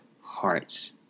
hearts